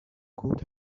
could